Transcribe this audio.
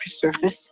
surface